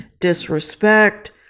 disrespect